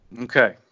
Okay